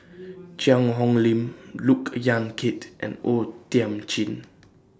Cheang Hong Lim Look Yan Kit and O Thiam Chin